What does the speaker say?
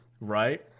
Right